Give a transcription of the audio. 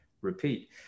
repeat